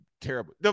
terrible